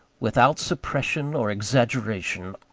without suppression or exaggeration,